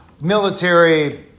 military